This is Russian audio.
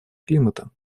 климата